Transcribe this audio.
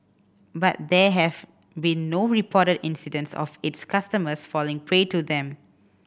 but there have been no reported incidents of its customers falling prey to them